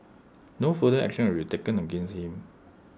no further action will be taken against him